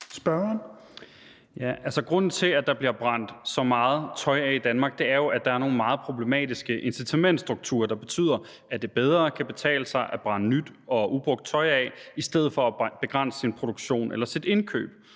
Grunden til, at der bliver brændt så meget tøj af i Danmark, er jo, at der er nogle meget problematiske incitamentsstrukturer, der betyder, at det bedre kan betale sig at brænde nyt og ubrugt tøj af i stedet for at begrænse sin produktion eller sit indkøb.